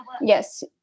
Yes